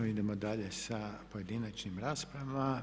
Idemo dalje sa pojedinačnom raspravom.